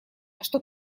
что